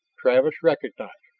travis recognized.